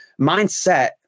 mindset